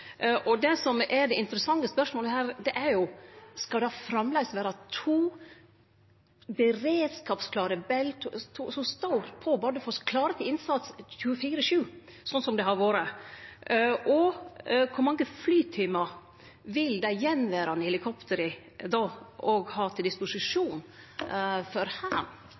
Det som er det interessante spørsmålet her, er: Skal det framleis vere to beredskapsklare Bell som står på Bardufoss, klare til innsats 24/7, slik det har vore? Kor mange flytimar vil dei attverande helikoptera då ha til disposisjon for